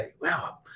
wow